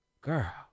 girl